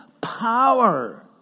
power